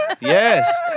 Yes